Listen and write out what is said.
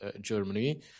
Germany